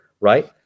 right